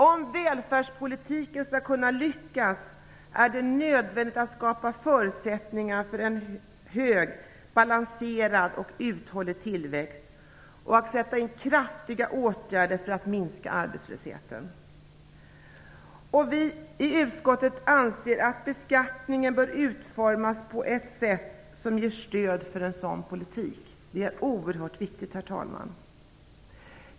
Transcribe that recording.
Om välfärdspolitiken skall kunna lyckas är det nödvändigt att skapa förutsättningar för en hög, balanserad och uthållig tillväxt och att sätta in kraftiga åtgärder för att minska arbetslösheten. Utskottet anser att beskattningen bör utformas på ett sätt som ger stöd för en sådan politik. Det är oerhört viktigt.